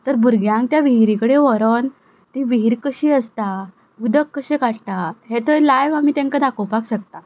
तर भुरग्यांक त्या विहिरी कडेन व्हरून ती विहीर कशी आसता उदक कशें काडटात हें थंय लायव आमी तांकां दाखोपाक शकता